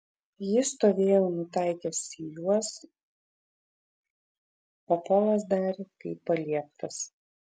jis stovėjo nutaikęs į juos o polas darė kaip palieptas